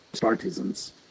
partisans